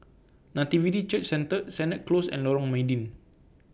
Nativity Church Centre Sennett Close and Lorong Mydin